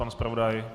Pan zpravodaj?